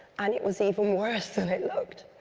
and it was even worse than it looked.